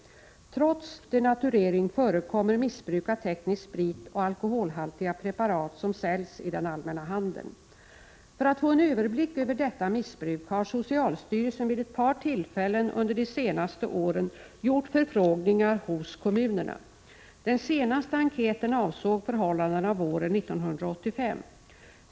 Trots denaturering förekommer missbruk av teknisk sprit och alkoholhaltiga preparat som säljs i den allmänna handeln. För att få en överblick över detta missbruk har socialstyrelsen vid ett par tillfällen under de senaste åren gjort förfrågningar hos kommunerna. Den senaste enkäten avsåg förhållandena våren 1985.